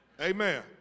Amen